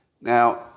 Now